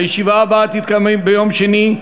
הישיבה הבאה תתקיים ביום שני,